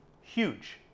Huge